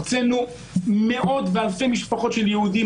הוצאנו מאות ואלפי משפחות של יהודים,